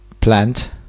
plant